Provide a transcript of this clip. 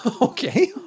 Okay